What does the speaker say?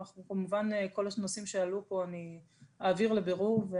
אבל כמובן כל הנושאים שעלו פה, אני אעביר לבירור.